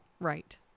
Right